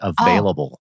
available